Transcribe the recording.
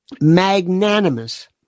magnanimous